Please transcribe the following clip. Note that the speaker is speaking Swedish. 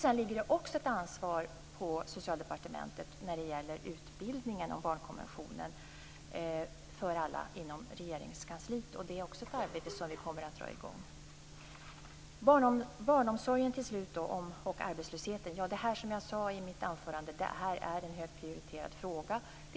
Det ligger också ett ansvar på Socialdepartementet när det gäller utbildningen om barnkonventionen för alla inom Regeringskansliet. Det är ett arbete som vi kommer att dra i gång. Slutligen är frågan om barnomsorgen och arbetslösheten, som jag sade i mitt anförande, en högt prioriterad fråga.